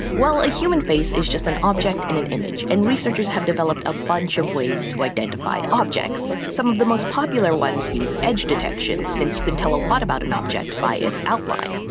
well a human face is just an object in an image, and researchers have developed a bunch of ways to identify objects. some of the most popular ones use edge detection, since you can tell a lot about an object by its outline.